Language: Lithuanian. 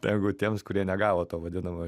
negu tiems kurie negavo to vadinamo